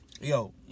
yo